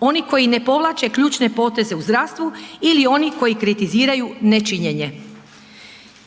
oni koji ne povlače ključne poteze u zdravstvu ili oni koji kritiziraju nečinjenje?